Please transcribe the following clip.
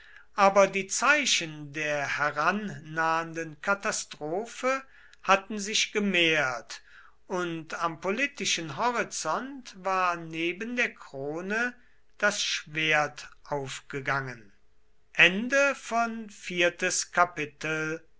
aber die zeichen der herannahenden katastrophe hatten sich gemehrt und am politischen horizont war neben der krone das schwert aufgegangen